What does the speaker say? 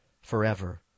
forever